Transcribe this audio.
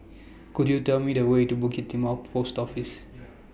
Could YOU Tell Me The Way to Bukit Timah Post Office